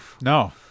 No